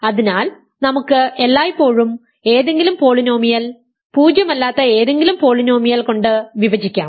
അതിനാൽ നമുക്ക് എല്ലായ്പ്പോഴും ഏതെങ്കിലും പോളിനോമിയൽ പൂജ്യം അല്ലാത്ത ഏതെങ്കിലും പോളിനോമിയൽ കൊണ്ട് വിഭജിക്കാം